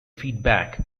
feedback